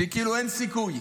שכאילו אין סיכוי.